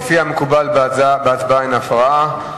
וכפי המקובל בהצבעה אין הפרעה.